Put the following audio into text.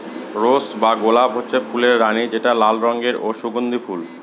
rose বা গলাপ হচ্ছে ফুলের রানী যেটা লাল রঙের ও সুগন্ধি ফুল